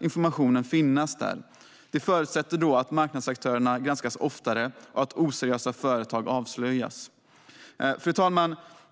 Information ska då finnas till hands. Detta förutsätter att marknadsaktörerna granskas oftare och att oseriösa företag avslöjas. Fru talman!